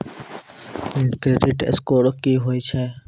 Credit score की होय छै?